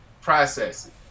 processing